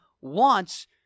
wants